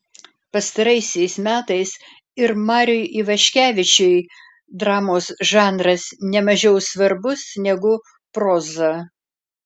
pastaraisiais metais ir mariui ivaškevičiui dramos žanras ne mažiau svarbus negu proza